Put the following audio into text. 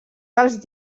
dels